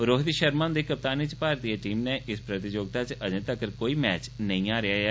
रोहित शर्मा हुंदी कप्तानी च भारत दी टीम नै इस प्रतियोगिता च अजें तक्कर कोई मैच नेई हारेआ ऐ